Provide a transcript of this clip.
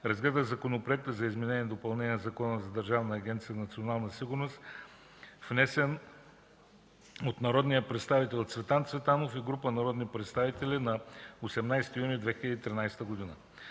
разгледа Законопроект за изменение и допълнение на Закона за Държавна агенция „Национална сигурност”, внесен от Цветан Цветанов и група народни представители на 18 юни 2013 г.